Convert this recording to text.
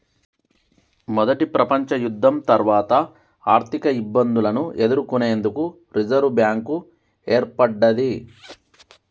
మొదటి ప్రపంచయుద్ధం తర్వాత ఆర్థికఇబ్బందులను ఎదుర్కొనేందుకు రిజర్వ్ బ్యాంక్ ఏర్పడ్డది